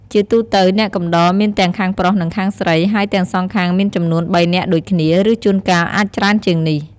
ជាទូទៅអ្នកកំដរមានទាំងខាងប្រុសនិងខាងស្រី ហើយទាំងសងមានចំនួន ៣នាក់ ដូចគ្នា ឬជួនកាលអាចច្រើនជាងនេះ។